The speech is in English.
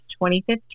2015